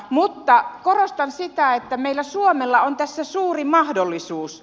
mutta korostan sitä että meillä suomessa on tässä suuri mahdollisuus